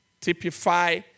Typify